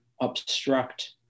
obstruct